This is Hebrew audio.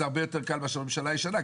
זה הרבה יותר קל מאשר ממשלה ישנה,